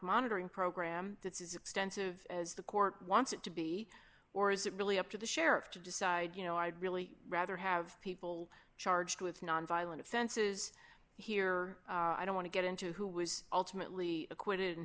monitoring program that is extensive as the court wants it to be or is it really up to the sheriff to decide you know i'd really rather have people charged with nonviolent offenses here i don't want to get into who was ultimately acquitted and